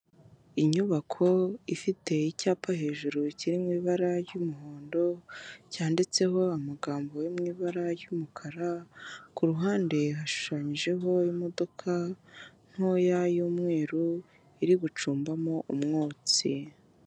Inyubako ifite icyapa hejuru kiri mu ibara ry'umuhondo cyanditseho amagambo yo mu ibara ry'umukara, ku ruhande hashushanyijeho imodoka ntoya y'umweru iri gucumbamo umwotsi.